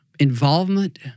Involvement